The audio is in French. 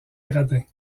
gradins